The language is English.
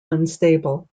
unstable